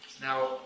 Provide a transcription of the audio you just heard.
now